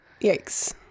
Yikes